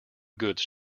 goods